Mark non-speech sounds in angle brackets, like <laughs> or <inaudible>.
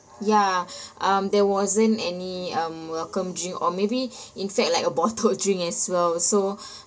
ya <breath> um there wasn't any um welcome drink or maybe <breath> in fact like a bottled <laughs> drink as well so <breath>